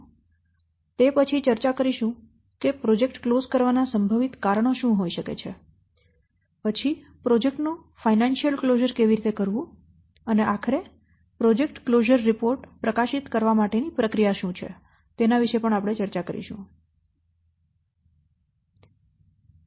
તે પછી ચર્ચા કરીશું કે પ્રોજેક્ટ કલોઝ કરવાના સંભવિત કારણો શું હોય શકે છે પછી પ્રોજેક્ટ નું ફાઇનાન્શ્યલ કલોઝર કેવી રીતે કરવું અને આખરે પ્રોજેક્ટ ક્લોઝર રિપોર્ટ પ્રકાશિત કરવા માટે ની પ્રક્રિયા શું છે તેની વિશે ચર્ચા કરીશું